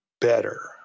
better